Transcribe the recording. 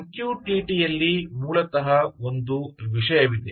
M Q T T ಯಲ್ಲಿ ಮೂಲತಃ ಒಂದು ವಿಷಯವಿದೆ